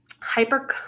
hyper